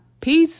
peace